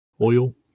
oil